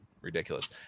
ridiculous